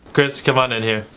chris come on in here,